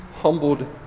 humbled